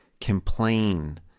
complain